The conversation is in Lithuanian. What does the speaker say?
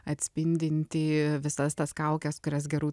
atspindintį visas tas kaukes kurias gerų